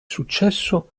successo